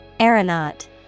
Aeronaut